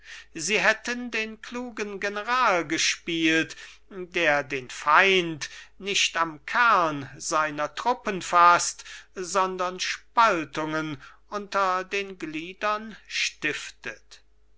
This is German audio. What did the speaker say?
sie hätten den klugen general gespielt der den feind nicht am kern seiner truppen faßt sondern spaltungen unter den gliedern stiftet